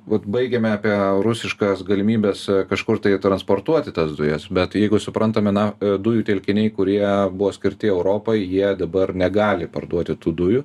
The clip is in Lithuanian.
vat baigėme apie rusiškas galimybes kažkur tai transportuoti tas dujas bet jeigu suprantame na dujų telkiniai kurie buvo skirti europai jie dabar negali parduoti tų dujų